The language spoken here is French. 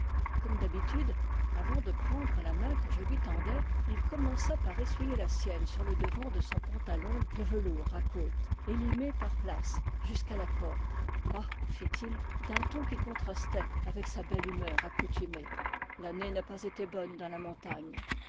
comme d'habitude avant de prendre la main que je lui tendais il commença par essuyer la sienne sur le devant de son pantalon de velours à côtes élimé par places jusqu'à la corde ah fit-il d'un ton qui contrastait avec sa belle humeur accoutumée l'année n'a pas été bonne dans la montagne